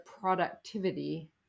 productivity